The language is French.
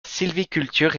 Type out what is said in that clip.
sylviculture